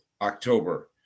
October